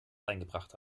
eingebracht